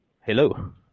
Hello